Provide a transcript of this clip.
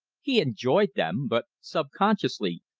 he enjoyed them, but subconsciously,